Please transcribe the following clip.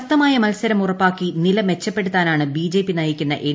ശക്തമായ മത്സരം ഉറപ്പാക്കി നില മെച്ചപ്പെടുത്താനാണ് ബിജെപി നയിക്കുന്ന എൻ